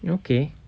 okay